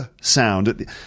sound